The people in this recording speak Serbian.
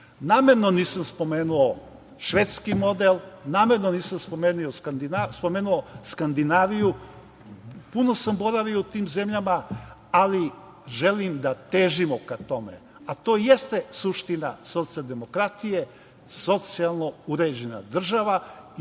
Namerno nisam spomenuo švedski model, namerno nisam spomenuo Skandinaviju. Puno sam boravio u tim zemljama ali želim da težimo ka tome, a to jeste suština socijaldemokratije, socijalno uređena država i